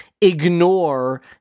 ignore